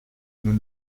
nous